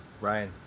Ryan